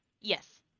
yes